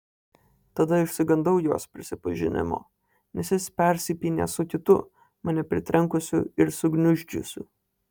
tada išsigandau jos prisipažinimo nes jis persipynė su kitu mane pritrenkusiu ir sugniuždžiusiu